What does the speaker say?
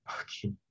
okay